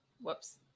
whoops